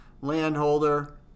landholder